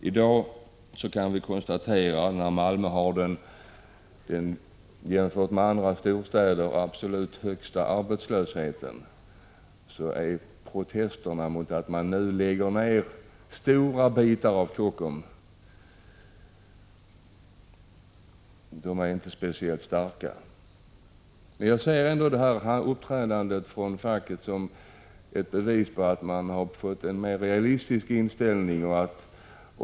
När Malmö i dag har den jämfört med andra storstäder i särklass högsta arbetslösheten, kan vi konstatera att protesterna mot att regeringen nu lägger ned stora delar av Kockums inte är speciellt starka. Jag tar fackets uppträdande som ett bevis på att man där har fått en mer realistisk inställning till förhållandena.